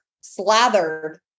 slathered